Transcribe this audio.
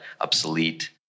obsolete